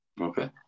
Okay